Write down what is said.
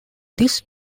this